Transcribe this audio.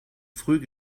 früh